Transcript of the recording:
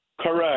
Correct